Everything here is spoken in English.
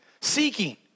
seeking